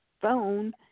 phone